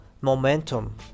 momentum